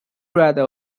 rather